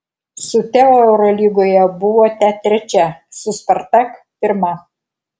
su teo eurolygoje buvote trečia su spartak pirma